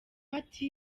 ati